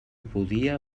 podia